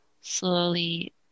slowly